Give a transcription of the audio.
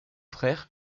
frères